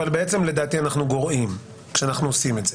אבל בעצם לדעתי אנחנו גורעים כשאנחנו עושים את זה.